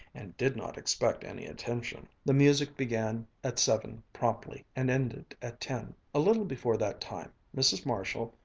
and did not expect any attention. the music began at seven promptly and ended at ten. a little before that time, mrs. marshall,